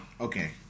Okay